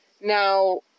Now